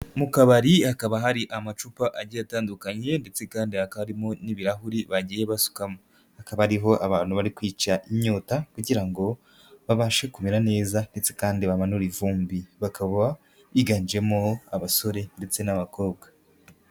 Mu kabari hakaba hari amacupa agiye atandukanye ndetse kandi hakamo n'ibirahuri bagiye basukamo, hakaba ariho abantu bari kwica inyota kugira ngo babashe kumera neza ndetse kandi bamanura ivumbi, bakaba biganjemowo abasore ndetse n'abakobwa.